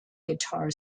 guitar